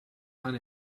han